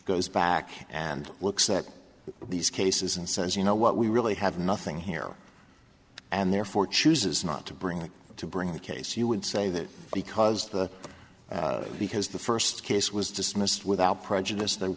goes back and looks at these cases and signs you know what we really have nothing here and therefore chooses not to bring to bring a case you would say that because the because the first case was dismissed without prejudice the